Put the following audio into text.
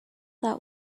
that